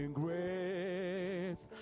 grace